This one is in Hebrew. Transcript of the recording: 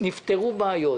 נפתרו בעיות.